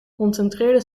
concentreerde